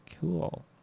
Cool